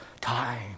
time